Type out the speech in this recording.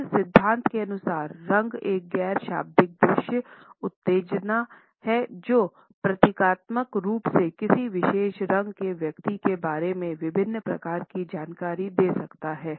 इस सिद्धांत के अनुसार रंग एक गैर शाब्दिक दृश्य उत्तेजना है जो प्रतीकात्मक रूप से किसी विशेष रंग के व्यक्ति के बारे में विभिन्न प्रकार की जानकारी दे सकता है